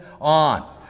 on